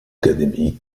académique